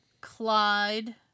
Clyde